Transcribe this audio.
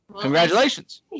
Congratulations